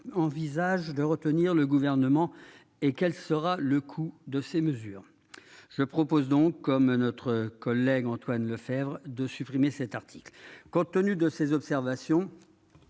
envisage de retenir le gouvernement et quel sera le coût de ces mesures, je propose donc, comme notre collègue Antoine Lefèvre de supprimer cet article, compte tenu de ces observations.